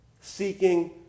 seeking